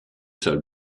sols